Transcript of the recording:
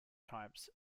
types